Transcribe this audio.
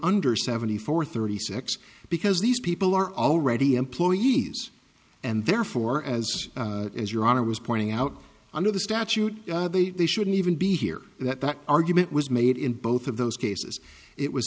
under seventy four thirty six because these people are already employees and therefore as is your honor was pointing out under the statute they shouldn't even be here that that argument was made in both of those cases it was